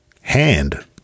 hand